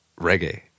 reggae